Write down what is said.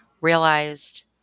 realized